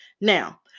Now